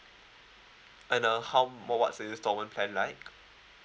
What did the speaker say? and uh how mode what's the installment plan like